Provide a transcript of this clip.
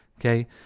okay